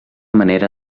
manera